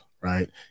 right